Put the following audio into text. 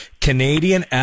Canadian